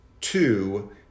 two